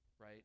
right